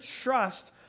trust